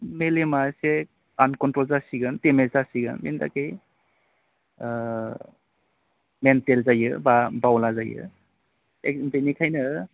मेलेमा एसे आनकन्ट्र'ल जासिगोन डेमेज जासिगोन बेनि थाखाय मेन्टेल जायो सोरबा बावला जायो बेनिखायनो